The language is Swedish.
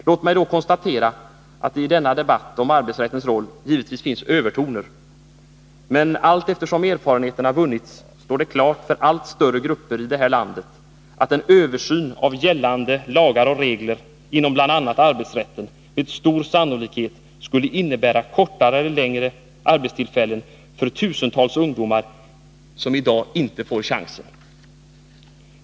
Låt mig då konstatera att det i denna debatt om arbetsrättens roll givetvis finns övertoner — men allteftersom erfarenheterna vunnits står det klart för allt större grupper i det här landet att en översyn av gällande lagar och regler inom bl.a. arbetsrätten med stor sannolikhet skulle innebära kortare eller längre arbetstillfällen för tusentals ungdomar som i dag inte får chansen.